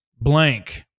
blank